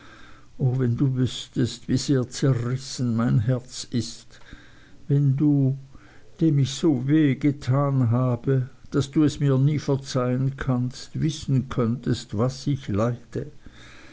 wenn du wüßtest wie sehr zerrissen mein herz ist wenn du dem ich so wehe getan habe daß du es mir nie verzeihen kannst wissen könntest was ich leide